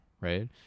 right